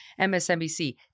MSNBC